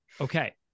Okay